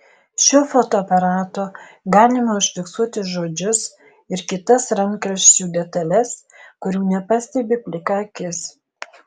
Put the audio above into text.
šiuo fotoaparatu galima užfiksuoti žodžius ir kitas rankraščių detales kurių nepastebi plika akis